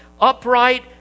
upright